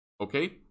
okay